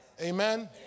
Amen